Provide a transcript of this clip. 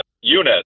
unit